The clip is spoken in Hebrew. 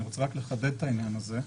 אני רוצה רק לחדד את העניין הזה.